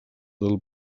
del